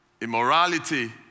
immorality